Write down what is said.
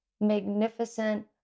magnificent